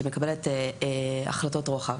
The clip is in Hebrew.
שמקבלת החלטות רוחב.